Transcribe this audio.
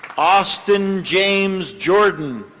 austin james jordan.